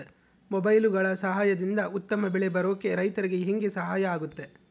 ಮೊಬೈಲುಗಳ ಸಹಾಯದಿಂದ ಉತ್ತಮ ಬೆಳೆ ಬರೋಕೆ ರೈತರಿಗೆ ಹೆಂಗೆ ಸಹಾಯ ಆಗುತ್ತೆ?